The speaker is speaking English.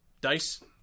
DICE